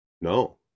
no